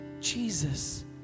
Jesus